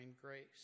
grace